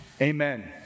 Amen